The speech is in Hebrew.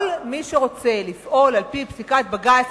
כל מי שרוצה לפעול על-פי פסיקת בג"ץ,